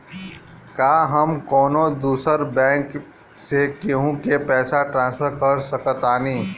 का हम कौनो दूसर बैंक से केहू के पैसा ट्रांसफर कर सकतानी?